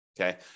okay